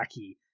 wacky